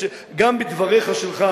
גם בדבריך שלך,